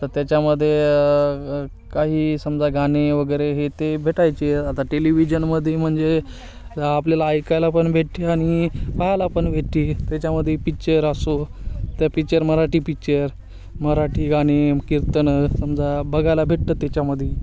तर त्याच्यामध्ये काही समजा गाणे वगैरे हे ते भेटायचे आता टेलिविजनमध्ये म्हणजे आपल्याला ऐकायला पण भेटते आणि पाहायला पण भेटते त्याच्यामदे पिच्चर असो त्या पिच्चर मराठी पिच्चर मराठी गाणे कीर्तनं समजा बघायला भेटतात त्याच्यामध्ये